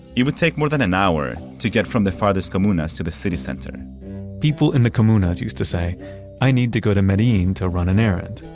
it would take more than an hour to get from the farthest comunas to the city center people in the comunas used to say i need to go to medellin to run an errand,